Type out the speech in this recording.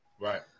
Right